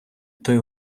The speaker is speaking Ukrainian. той